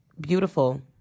beautiful